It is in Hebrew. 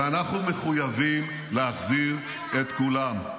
אנחנו מחויבים להחזיר את כולם.